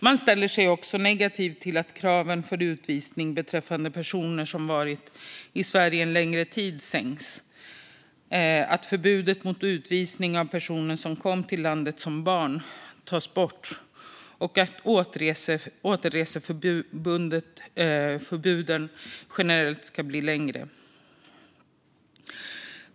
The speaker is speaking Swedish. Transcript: Man ställer sig också negativ till att kraven för utvisning beträffande personer som varit i Sverige en längre tid sänks, att förbudet mot utvisning av personer som kom till landet som barn tas bort och att återreseförbuden generellt ska bli längre.